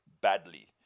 badly